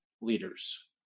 leaders